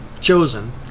chosen